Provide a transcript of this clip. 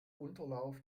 unterlauf